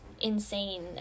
insane